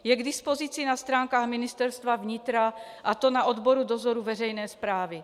Je k dispozici na stránkách Ministerstva vnitra, a to na odboru dozoru veřejné správy.